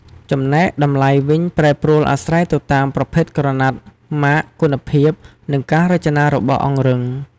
ចំណែកតម្លៃវិញប្រែប្រួលអាស្រ័យទៅតាមប្រភេទក្រណាត់ ម៉ាក គុណភាព និងការរចនារបស់អង្រឹង។